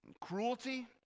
cruelty